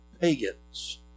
pagans